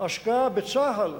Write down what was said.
השקעה בצה"ל,